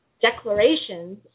declarations